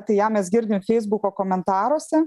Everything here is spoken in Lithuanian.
tai ją mes girdim feisbuko komentaruose